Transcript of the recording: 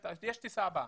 יש את הטיסה הבאה.